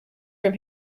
from